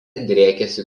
driekiasi